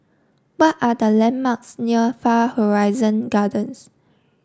what are the landmarks near Far Horizon Gardens